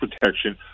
protection